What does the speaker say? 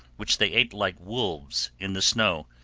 which they ate like wolves in the snow,